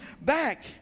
back